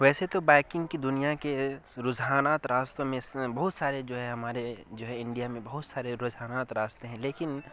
ویسے تو بائکنگ کی دنیا کے رجحانات راستوں میں بہت سارے جو ہے ہمارے جو ہے انڈیا میں بہت سارے رجحانات راستے ہیں لیکن